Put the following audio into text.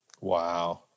Wow